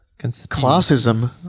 Classism